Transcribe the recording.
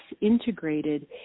integrated